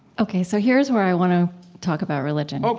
ok, so here is where i want to talk about religion